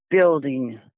building